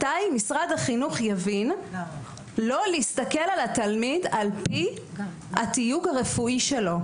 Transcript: מתי משרד החינוך יבין לא להסתכל על התלמיד על-פי התיוג הרפואי שלו.